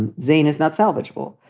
and zane is not salvageable.